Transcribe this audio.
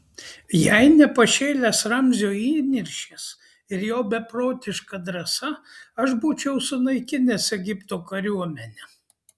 jei ne pašėlęs ramzio įniršis ir jo beprotiška drąsa aš būčiau sunaikinęs egipto kariuomenę